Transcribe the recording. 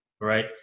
right